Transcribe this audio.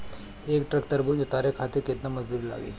एक ट्रक तरबूजा उतारे खातीर कितना मजदुर लागी?